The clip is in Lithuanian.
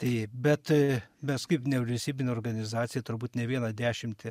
tai bet mes kaip nevyriausybinė organizacija turbūt ne vieną dešimtį